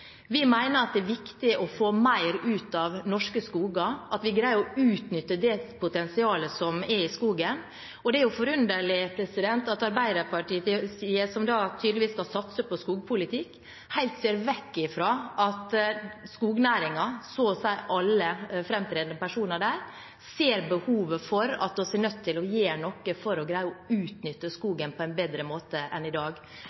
Vi mener det er viktig å få mer ut av norske skoger – at vi greier å utnytte det potensialet som er i skogen – og det er forunderlig at Arbeiderpartiet, som tydeligvis skal satse på skogpolitikk, helt ser vekk ifra at så å si alle framtredende personer i skognæringen ser behovet for at vi er nødt til å gjøre noe for å greie å utnytte skogen på en bedre måte enn i dag.